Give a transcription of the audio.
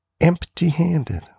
empty-handed